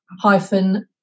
hyphen